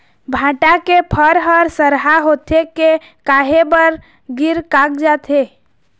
भांटा के फर हर सरहा होथे के काहे बर गिर कागजात हे?